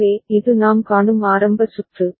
எனவே இது நாம் காணும் ஆரம்ப சுற்று